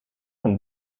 een